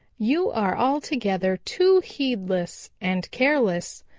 you are altogether too heedless and careless.